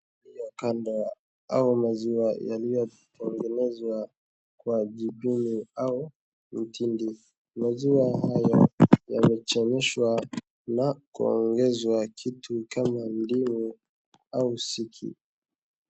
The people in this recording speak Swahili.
Mkanda au maziwa yaliyotengenezwa kwa jidinu au mtindi. Maziwa hayo yamechemshwa na kuongezwa kitu kama ndimu au siki.